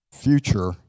future